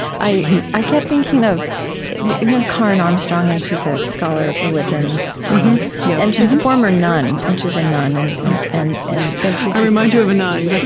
i i kept thinking of do you know, karen armstrong, and she's a scholar of religions? yes yeah and she's a former nun. i mean she was a nun and and and i remind you of a nun. and